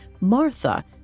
Martha